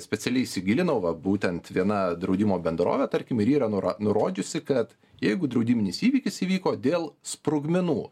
specialiai įsigilinau va būtent viena draudimo bendrovė tarkim ir yra nura nurodžiusi kad jeigu draudiminis įvykis įvyko dėl sprogmenų